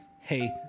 Hey